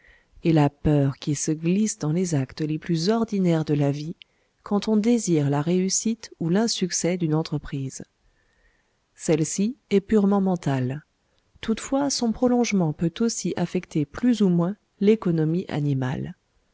et la peur qui se glisse dans les actes les plus ordinaires de la vie quand on désire la réussite ou l'insuccès d'une entreprise celle-ci est purement mentale toutefois son prolongement peut aussi affecter plus ou moins l'économie animale